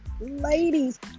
ladies